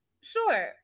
Sure